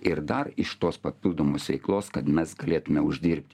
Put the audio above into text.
ir dar iš tos papildomos veiklos kad mes galėtume uždirbti